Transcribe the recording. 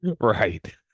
right